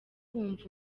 wumva